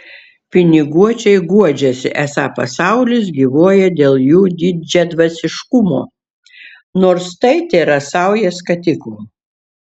piniguočiai guodžiasi esą pasaulis gyvuoja dėl jų didžiadvasiškumo nors tai tėra sauja skatikų